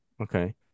Okay